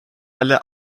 alle